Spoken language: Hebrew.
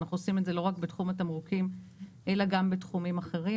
אנחנו עושים את זה לא רק בתחום התמרוקים אלא גם בתחומים אחרים.